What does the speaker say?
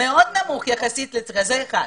זה אחת.